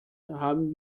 haben